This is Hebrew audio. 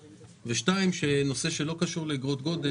נושא שלא קשור לאגרות גודש,